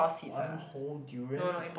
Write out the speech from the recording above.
one whole durian or